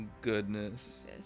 goodness